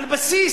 על בסיס,